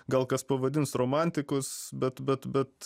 gal kas pavadins romantikus bet bet bet